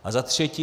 A za třetí.